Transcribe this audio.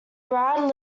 brad